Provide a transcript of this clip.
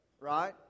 right